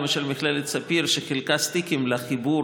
למשל מכללת ספיר חילקה סטיקים לחיבור